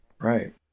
right